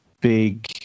big